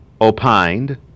opined